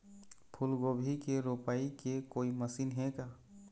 फूलगोभी के रोपाई के कोई मशीन हे का?